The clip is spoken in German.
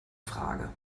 frage